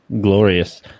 glorious